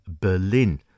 Berlin